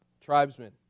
tribesmen